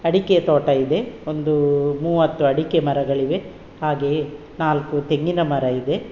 ಅಡಿಕೆಯ ತೋಟ ಇದೆ ಒಂದೂ ಮೂವತ್ತು ಅಡಿಕೆ ಮರಗಳಿವೆ ಹಾಗೆಯೇ ನಾಲ್ಕು ತೆಂಗಿನ ಮರ ಇದೆ